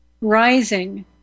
rising